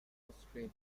australia